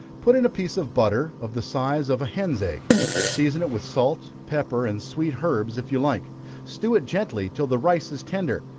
put in a piece of butter, of the size of a hen's egg season it with salt, pepper, and sweet herbs if you like stew it gently till the rice is tender,